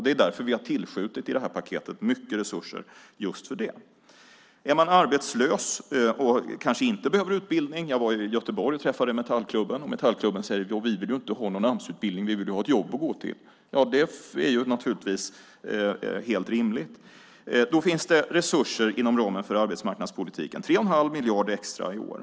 Det är därför vi har tillskjutit mycket resurser i det här paketet just för det. Man kan vara arbetslös men kanske inte behöver utbildning. Jag var i Göteborg och träffade Metallklubben, och deras medlemmar säger: Vi vill inte ha någon Amsutbildning, vi vill ha ett jobb att gå till. Det är naturligtvis helt rimligt. Då finns det resurser inom ramen för arbetsmarknadspolitiken, 3 1⁄2 miljard extra i år.